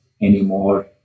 anymore